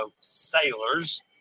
sailors